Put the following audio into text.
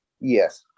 Yes